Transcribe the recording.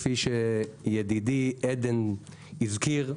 כפי שידידי עדן הזכיר,